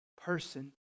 person